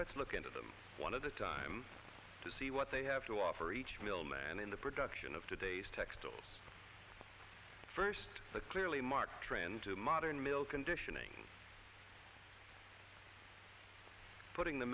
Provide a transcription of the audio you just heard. let's look into them one of the time to see what they have to offer each mailman in the production of today's textiles first the clearly marked trend to modern male conditioning putting the